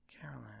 Carolyn